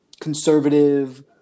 conservative